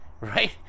right